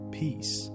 peace